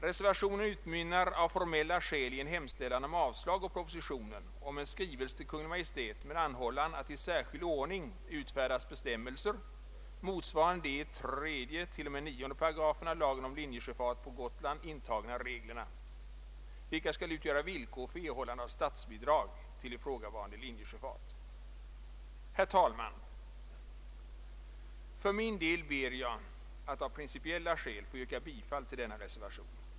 Reservationen utmynnar av formella skäl i en hemställan om avslag på propositionen och om en Ang. linjesjöfart på Gotland skrivelse till Kungl. Maj:t med anhållan att i särskild ordning utfärdas bestämmelser — motsvarande de i 3—9 88 lagen om linjesjöfart på Gotland intagna reglerna — vilka skall utgöra villkor för erhållande av statsbidrag till ifrågavarande linjesjöfart. Herr talman! För min del ber jag att av principiella skäl få yrka bifall till denna reservation.